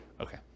Okay